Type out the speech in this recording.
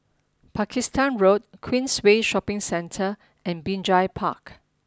Pakistan Road Queensway Shopping Centre and Binjai Park